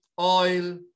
oil